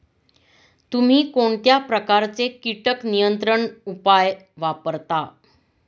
तुम्ही कोणत्या प्रकारचे कीटक नियंत्रण उपाय वापरता?